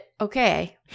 okay